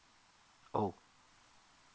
oh